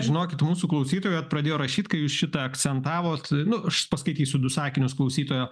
žinokit mūsų klausytojai vat pradėjo rašyt kai jūs šitą akcentavot nu aš paskaitysiu du sakinius klausytojo